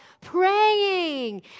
Praying